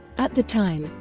at the time,